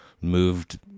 moved